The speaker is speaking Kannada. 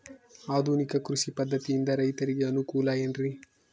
ಆಧುನಿಕ ಕೃಷಿ ಪದ್ಧತಿಯಿಂದ ರೈತರಿಗೆ ಅನುಕೂಲ ಏನ್ರಿ?